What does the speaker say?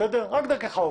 כי